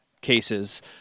cases